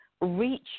reach